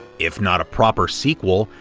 if not a proper sequel,